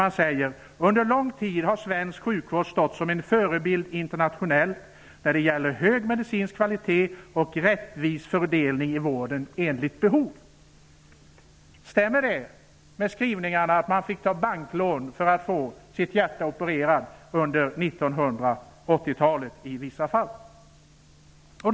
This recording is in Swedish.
Man skriver där: ''Under lång tid har den svenska sjukvården stått som en förebild internationellt när det gäller hög medicinsk kvalitet och rättvis fördelning av vården efter behov.'' Stämmer det med vad jag refererade om att man under 1980-talet i vissa fall fick ta banklån för att få sitt hjärta opererat?